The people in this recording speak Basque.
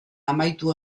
amaitu